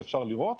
אפשר לראות,